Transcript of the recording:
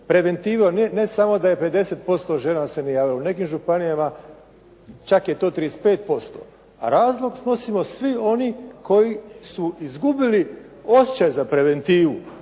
Preventiva ne samo da je 50% žena da se nije javilo. U nekim županijama čak je to 35%. A razlog snosimo svi oni koji su izgubili osjećaj za preventivu.